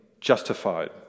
justified